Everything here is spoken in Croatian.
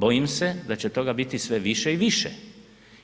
Bojim se da će toga biti sve više i više